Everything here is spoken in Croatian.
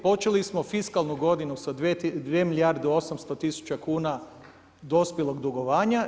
Počeli smo fiskalnu godinu sa 2 milijarde 800 tisuća kuna dospjelog dugovanja.